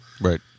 Right